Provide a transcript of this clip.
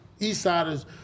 Eastsiders